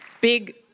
Big